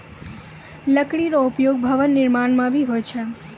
लकड़ी रो उपयोग भवन निर्माण म भी होय छै